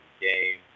game